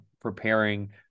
preparing